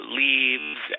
leaves